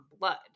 blood